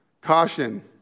Caution